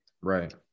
Right